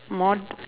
mod~